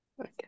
okay